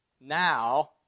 now